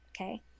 Okay